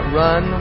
run